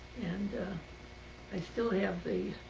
and i still have the